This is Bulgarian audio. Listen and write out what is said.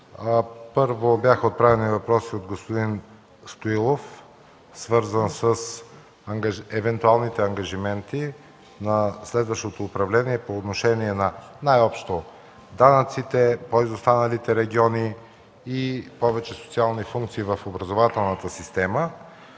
Първо беше отправен въпрос от господин Стоилов, свързан с евентуалните ангажименти на следващото управление по отношение, най-общо, на данъците, пό изостаналите региони и повече социални функции в образователната система.